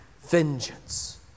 vengeance